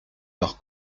leur